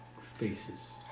faces